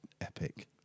epic